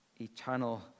eternal